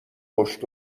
پشت